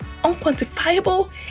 unquantifiable